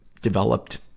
developed